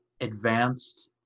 advanced